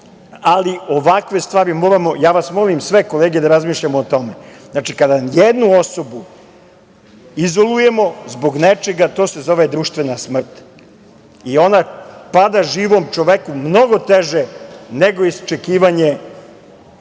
ali ovakve stvari moramo…Molim sve kolege da razmišljamo o tome. Znači, kada jednu osobu izolujemo zbog nečega, to se zove društvena smrt i ona pada živom čoveku mnogo teže, nego onaj